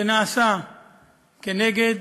שנעשה נגד